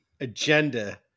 agenda